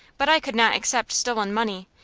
but i could not accept stolen money.